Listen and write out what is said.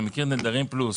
אתה מכיר נדרים פלוס,